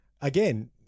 Again